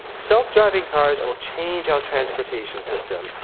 self-driving cars will change our transportation system,